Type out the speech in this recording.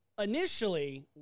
Initially